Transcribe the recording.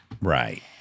Right